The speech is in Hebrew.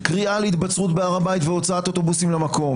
קריאה להתבצרות בהר הבית והוצאת אוטובוסים למקום,